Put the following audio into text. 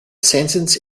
sentence